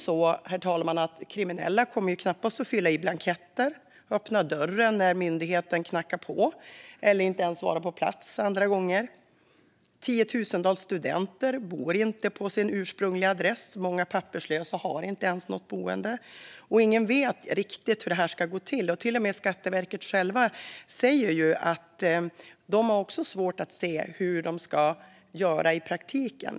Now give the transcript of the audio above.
Kriminella kommer ju knappast, herr talman, att fylla i blanketter, öppna dörren när myndigheten knackar på eller ens vara på plats. Tiotusentals studenter bor inte på sin ursprungliga adress. Många papperslösa har inte ens något boende. Ingen vet riktigt hur det här ska gå till. Till och med Skatteverket själva säger att de också har svårt att se hur de ska göra i praktiken.